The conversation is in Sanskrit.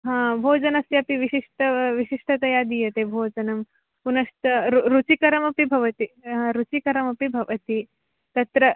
हा भोजनस्यपि विशिष्टः विशिष्टतया दीयते भोजनं पुनश्च रु रुचिकरमपि भवति रुचिकरमपि भवति तत्र